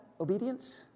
obedience